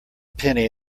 penny